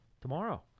tomorrow